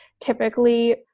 typically